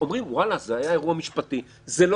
באמת אני שואלת, לאן הריצה הזאת?